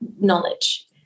knowledge